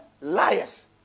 liars